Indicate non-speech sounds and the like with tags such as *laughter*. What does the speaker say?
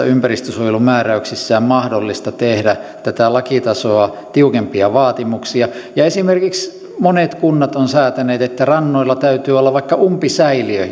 *unintelligible* ympäristönsuojelumääräyksissään mahdollisuus tehdä tätä lakitasoa tiukempia vaatimuksia ja esimerkiksi monet kunnat ovat säätäneet että rannoilla täytyy olla vaikka umpisäiliö *unintelligible*